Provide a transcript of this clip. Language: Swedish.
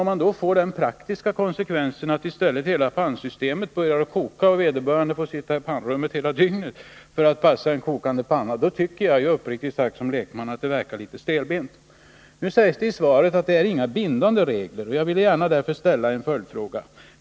Men om det får den praktiska konsekvensen att i stället hela pannsystemet börjar koka och att vederbörande får sitta i pannrummet hela dygnet för att passa en kokande panna, då tycker jag som lekman uppriktigt sagt att det verkar litet stelbent. Nu sägs det i svaret att det inte är några bindande regler. Jag vill därför gärna ställa en följdfråga.